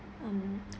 um